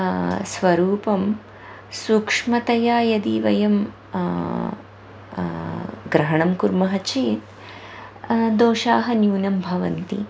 स्वरूपं सूक्ष्मतया यदि वयं ग्रहणं कुर्मः चेत् दोषाः न्यूनं भवन्ति